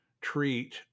treat